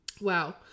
wow